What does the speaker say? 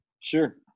Sure